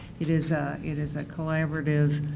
it is ah it is a collaborative